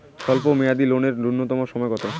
স্বল্প মেয়াদী লোন এর নূন্যতম সময় কতো?